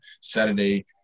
Saturday